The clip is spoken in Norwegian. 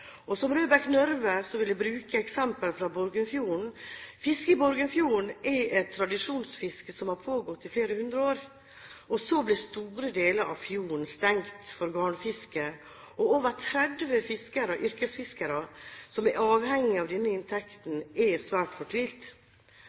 og som Røbekk Nørve vil jeg bruke eksempelet fra Borgundfjorden. Fisket i Borgundfjorden er et tradisjonsfiske som har pågått i flere hundre år. Så ble store deler av fjorden stengt for garnfiske, og over 30 fiskere og yrkesfiskere som er avhengig av denne inntekten, er svært